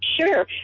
Sure